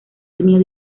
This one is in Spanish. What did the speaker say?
tenido